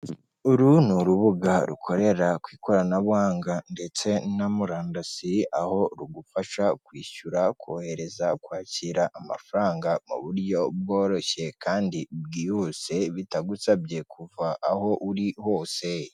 Uru ni urubuga rukorera ku ikoranabuhanga ndetse na murandasiye, aho rugufasha kwishyura, kohereza, kwakira amafaranga mu buryo bworoshye kandi bwihuse, bitagusabye kuva aho uri hose.